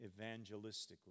evangelistically